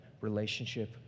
relationship